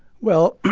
well,